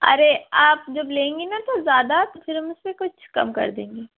ارے آپ جب لیں گی نا تو زیادہ پھر ہم اِس میں کچھ کم کر دیں گے